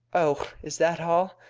oh, is that all?